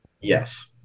Yes